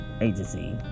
agency